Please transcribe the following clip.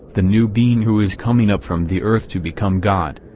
the new being who is coming up from the earth to become god.